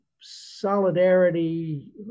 solidarity